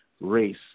race